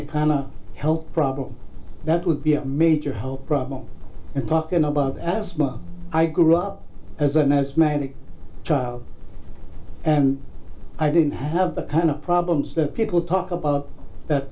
panel health problem that would be a major hole problem and talkin about asthma i grew up as an asthmatic child and i didn't have the kind of problems that people talk about that